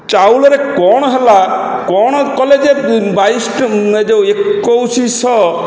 ଚାଉଳରେ କ'ଣ ହେଲା କ'ଣ କଲେ ଯେ ବାଇଶ ଏ ଯେଉଁ ଏକୋଇଶ ଶହ